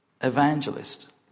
evangelist